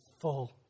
full